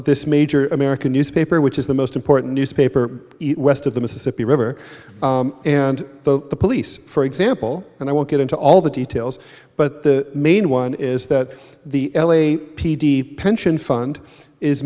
this major american newspaper which is the most important newspaper west of the mississippi river and the police for example and i won't get into all the details but the main one is that the l a p d pension fund is